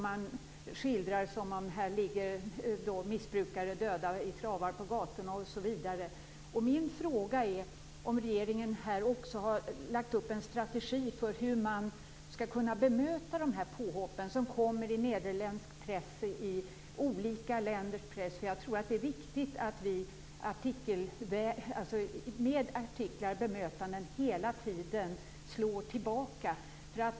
Man skildrar det som att det här ligger missbrukare döda i travar på gatorna osv. Min fråga gäller huruvida regeringen också har lagt upp en strategi för hur man skall kunna bemöta de här påhoppen som kommer i nederländsk press och i olika andra länders press. Jag tror att det är viktigt att vi med artiklar, alltså med bemötanden, hela tiden slår tillbaka.